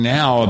now